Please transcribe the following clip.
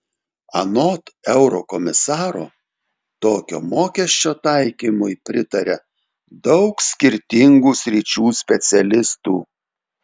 anot eurokomisaro tokio mokesčio taikymui pritaria daug skirtingų sričių specialistų